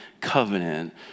covenant